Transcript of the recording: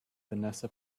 vanessa